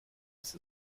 ist